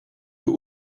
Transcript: für